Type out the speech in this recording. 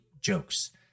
jokes